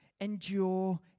Endure